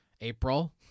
April